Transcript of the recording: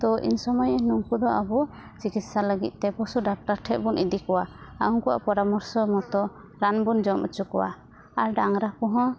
ᱛᱚ ᱤᱱ ᱥᱚᱢᱳᱭ ᱩᱱᱠᱩ ᱫᱚ ᱟᱵᱚ ᱪᱤᱠᱤᱥᱟ ᱞᱟᱹᱜᱤᱫ ᱛᱮ ᱚᱵᱚᱥᱳ ᱰᱟᱠᱴᱟᱨ ᱴᱷᱮᱡ ᱵᱚᱱ ᱤᱫᱤ ᱠᱚᱣᱟ ᱟᱨ ᱩᱱᱠᱩᱣᱟᱜ ᱯᱚᱨᱟᱢᱚᱨᱥᱚ ᱢᱚᱛᱚ ᱨᱟᱱ ᱵᱚᱱ ᱡᱚᱢ ᱚᱪᱚ ᱠᱚᱣᱟ ᱟᱨ ᱰᱟᱝᱨᱟ ᱠᱚᱦᱚᱸ